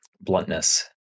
bluntness